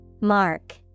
Mark